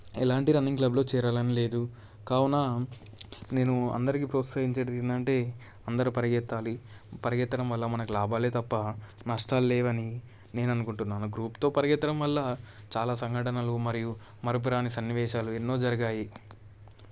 ఎలాంటి రన్నింగ్ క్లబ్లో చేరాలనిలేదు కావున నేను అందరికీ ప్రోత్సహించేది ఏంటంటే అందరు పరిగెత్తాలి పరిగెత్తడం వల్ల మనకు లాభాలే తప్ప నష్టాలు లేవని నేను అనుకుంటున్నాను గ్రూప్తో పరిగెత్తడం వల్ల చాలా సంఘటనలు మరియు మరుపురాని సన్నివేశాలు ఎన్నో జరిగాయి